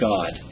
God